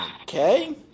Okay